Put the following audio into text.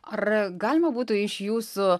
ar galima būtų iš jūsų